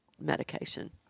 Medication